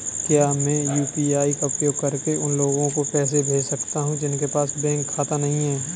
क्या मैं यू.पी.आई का उपयोग करके उन लोगों को पैसे भेज सकता हूँ जिनके पास बैंक खाता नहीं है?